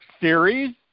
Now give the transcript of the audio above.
Series